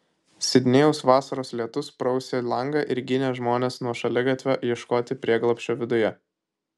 sidnėjaus vasaros lietus prausė langą ir ginė žmones nuo šaligatvio ieškoti prieglobsčio viduje